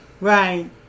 right